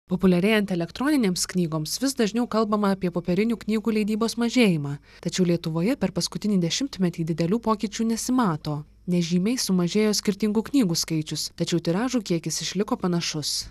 populiarėjant elektroninėms knygoms vis dažniau kalbama apie popierinių knygų leidybos mažėjimą tačiau lietuvoje per paskutinį dešimmetį didelių pokyčių nesimato nežymiai sumažėjo skirtingų knygų skaičius tačiau tiražų kiekis išliko panašus